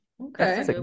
okay